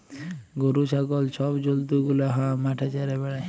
গরু, ছাগল ছব জল্তু গুলা হাঁ মাঠে চ্যরে বেড়ায়